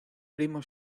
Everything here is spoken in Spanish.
primo